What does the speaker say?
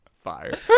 Fire